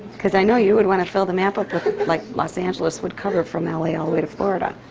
cause i know you would want to fill the map up with like los angeles would cover from l a. all the way to florida.